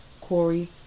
Corey